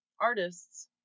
Artists